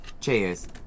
Cheers